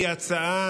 היא גם הצעה